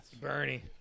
Bernie